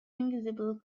invisible